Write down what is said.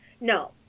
No